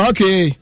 Okay